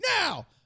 now